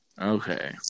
Okay